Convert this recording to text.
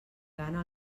gana